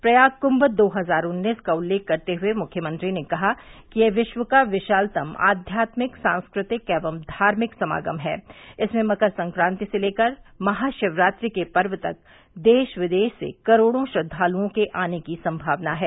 प्रयाग कुम्म दो हजार उन्नीस का उल्लेख करते हुए मुख्यमंत्री ने कहा कि यह विश्व का विशालतम अध्यात्मिक सांस्कृतिक एवं धार्मिक समागम हैं इसमें मकरसंकांति से लेकर महाशिवरात्रि के पर्व तक देश विदेश से करोड़ों श्रद्वालुओं के आने की संमावना है